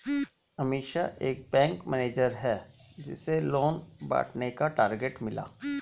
अमीषा एक bank manager है जिसे लोन बांटने का टारगेट मिला